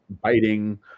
biting